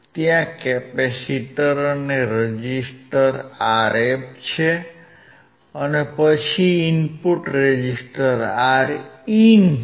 ત્યાં કેપેસિટર અને resistor Rf છે અને પછી ઈનપુટ રેઝિસ્ટર Rin છે